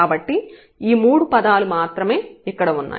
కాబట్టి ఈ మూడు పదాలు మాత్రమే ఇక్కడ ఉన్నాయి